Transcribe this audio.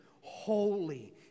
holy